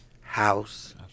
House